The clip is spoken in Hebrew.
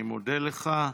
אני מודה לך.